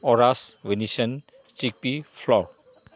ꯑꯣꯔꯥꯁ ꯋꯤꯅꯤꯁꯟ ꯆꯤꯛꯄꯤ ꯐ꯭ꯂꯣꯔ